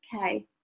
Okay